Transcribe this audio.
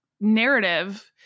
narrative